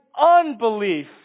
unbelief